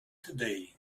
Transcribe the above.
today